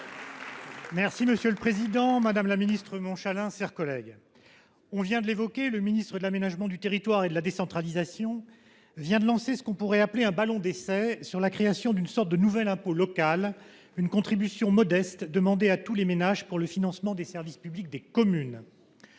Merci Monsieur le Président, Madame la Ministre Montchalin, chers collègues. On vient de l'évoquer, le ministre de l'Aménagement du territoire et de la décentralisation vient de lancer ce qu'on pourrait appeler un ballon d'essai sur la création d'une sorte de nouvel impôt local, une contribution modeste demandée à tous les ménages pour le financement des services publics des communes.